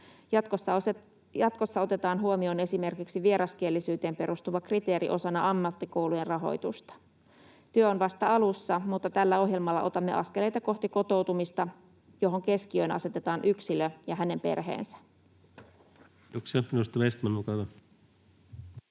Jatkossa otetaan huomioon esimerkiksi vieraskielisyyteen perustuva kriteeri osana ammattikoulujen rahoitusta. Työ on vasta alussa, mutta tällä ohjelmalla otamme askeleita kohti kotoutumista, jossa keskiöön asetetaan yksilö ja hänen perheensä. [Speech